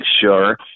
sure